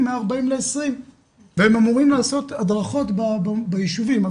מ-40 ל-20 והם אמורים לעשות הדרכות בישובים,